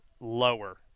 lower